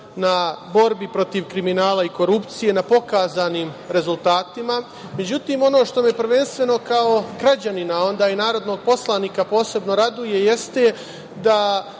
na borbi protiv kriminala i korupcije, na pokazanim rezultatima.Međutim, ono što me prvenstveno kao građanina, a onda i narodnog poslanika, posebno raduje jeste da